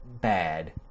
bad